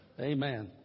Amen